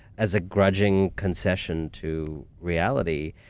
as a grudging concession to reality,